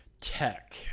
Tech